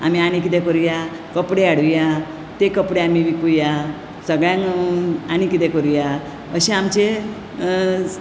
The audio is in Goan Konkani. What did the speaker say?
आमी आनी कितें करुया कपडे हाडुया कपडे आमी विकुया सगळ्यांक आनी कितें करुया अशें आमचें